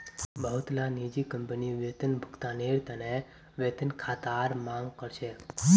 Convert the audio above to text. बहुतला निजी कंपनी वेतन भुगतानेर त न वेतन खातार मांग कर छेक